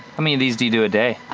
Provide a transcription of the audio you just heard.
i mean these do you do a day?